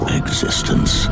existence